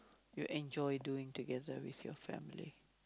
you enjoy doing together with your family